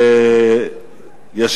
הצעות מס' 5006, 5012, 5035, 5043, 5054 ו-5061.